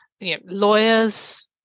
lawyers